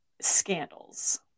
scandals